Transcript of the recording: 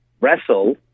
wrestle